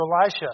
Elisha